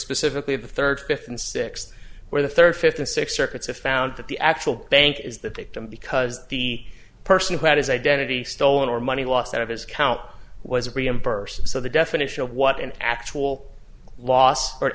specifically the third fifth and sixth where the third fifth and sixth circuits if found that the actual bank is that they don't because the person who had his identity stolen or money lost out of his cow was reimbursed so the definition of what an actual loss or